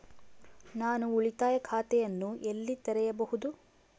ನಾನು ಉಳಿತಾಯ ಖಾತೆಯನ್ನು ಎಲ್ಲಿ ತೆರೆಯಬಹುದು?